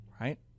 right